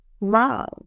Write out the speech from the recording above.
love